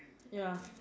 ya